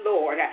Lord